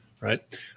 right